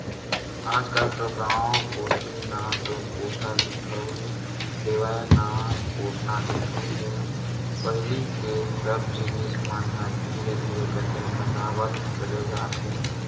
आजकल तो गांव कोती ना तो कोठा दिखउल देवय ना कोटना दिखउल देवय पहिली के सब जिनिस मन ह धीरे धीरे करके नंदावत चले जात हे